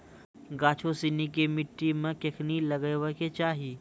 गाछो सिनी के मट्टी मे कखनी लगाबै के चाहि?